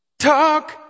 Talk